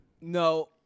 No